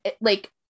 like-